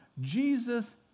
Jesus